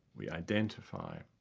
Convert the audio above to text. we identify,